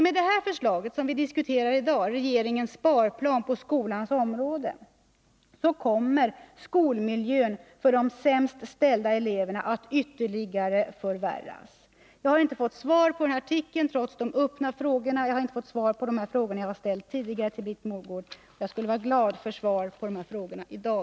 Med det förslag som vi nu diskuterar — regeringens sparplan på skolans område — kommer skolmiljön för de sämst ställda eleverna att ytterligare förvärras.